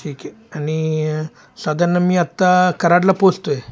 ठीक आहे आणि साधारण मी आत्ता कराडला पोहचतो आहे